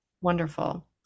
Wonderful